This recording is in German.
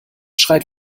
schreit